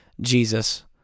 Jesus